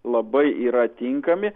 labai yra tinkami